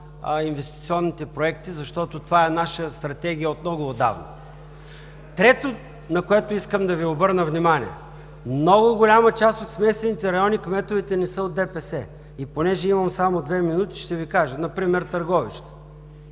инвестиционните проекти, защото това е наша стратегия от много отдавна. Трето, на което искам да Ви обърна внимание – в много голяма част от смесените райони кметовете не са от ДПС. И понеже имам само две минути, ще Ви кажа: например Търговище